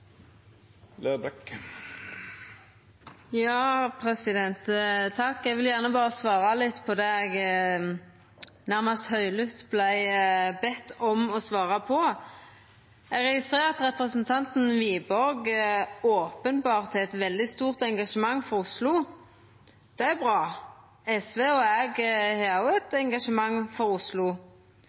Eg vil gjerne svara litt på det eg nærmast høglydt vart bedt om å svara på. Eg registrerer at representanten Wiborg openbert har eit veldig stort engasjement for Oslo. Det er bra. SV og eg har òg eit engasjement for Oslo.